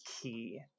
key